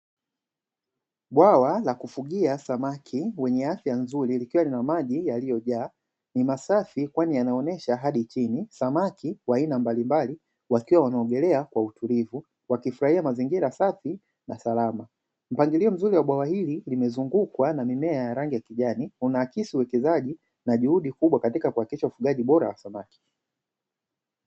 Bwawa la kufugia samaki wenye afya nzuri likiwa lina maji yaliyojaa, ni masafi kwani yanaonyesha hadi chini, samaki wa aina mbalimbali wakiwa wanaogelea kwa utulivu wakifurahia mazingira safi na salama, mpangilio mzuri wa bwawa hili limezungukwa na mimea ya rangi ya kijani, unaakisi uwekezaji na juhudi kubwa katika ufugaji bora wa samaki.